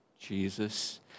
Jesus